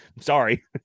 sorry